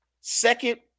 second